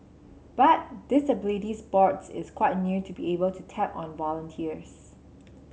but disability sports is quite new to be able to tap on volunteers